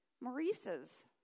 Maurice's